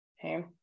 Okay